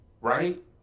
Right